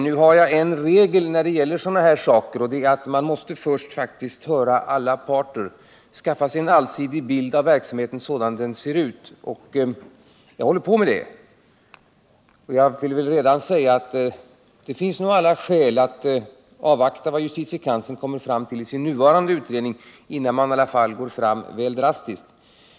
Nu har jag en regel när det gäller sådana här saker, och det är att man först faktiskt måste höra alla parter, skaffa sig en allsidig bild av verksamheten sådan den ser ut, och jag håller på med det. Redan nu vill jag säga att det nog finns alla skäl att avvakta vad justitiekanslern kommer fram till i sin pågående utredningen, innan man går alltför drastiskt till väga.